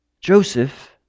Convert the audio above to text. Joseph